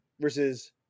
versus